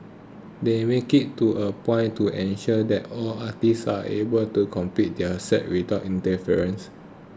they make it to a point to ensure that all artists are able to complete their sets without interference